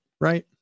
right